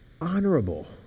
honorable